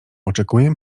oczekuję